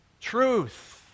truth